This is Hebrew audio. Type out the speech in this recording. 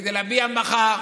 כדי להביע מחאה.